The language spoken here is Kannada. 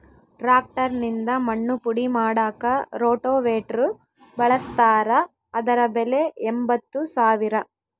ಟ್ರಾಕ್ಟರ್ ನಿಂದ ಮಣ್ಣು ಪುಡಿ ಮಾಡಾಕ ರೋಟೋವೇಟ್ರು ಬಳಸ್ತಾರ ಅದರ ಬೆಲೆ ಎಂಬತ್ತು ಸಾವಿರ